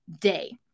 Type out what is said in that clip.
day